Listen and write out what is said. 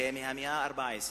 זה מהמאה ה-14,